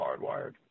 hardwired